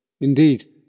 Indeed